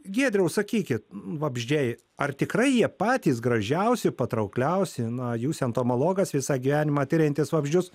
giedriau sakykit vabzdžiai ar tikrai jie patys gražiausi patraukliausi na jūs entomologas visą gyvenimą tiriantis vabzdžius